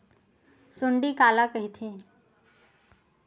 सुंडी काला कइथे?